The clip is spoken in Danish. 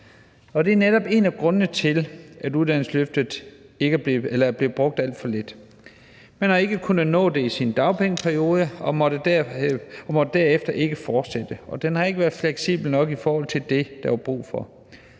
det er netop en af grundene til, at uddannelsesløftet er blevet brugt alt for lidt. Man har ikke kunnet nå det i sin dagpengeperiode og måtte derefter ikke fortsætte, og det har ikke været fleksibel nok i forhold til det, der var brug for.